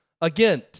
again